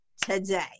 today